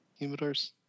humidors